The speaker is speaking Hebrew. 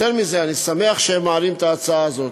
יותר מזה, אני שמח שהם מעלים את ההצעה הזאת.